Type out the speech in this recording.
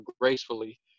gracefully